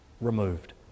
removed